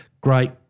great